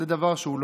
זה דבר שהוא לא,